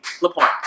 Lapointe